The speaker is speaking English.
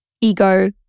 ego